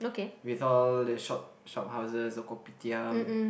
with all the shop shop houses the kopitiam